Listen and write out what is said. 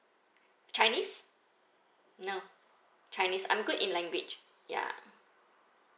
chinese no chinese I'm good in language ya